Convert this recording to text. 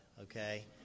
okay